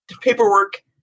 paperwork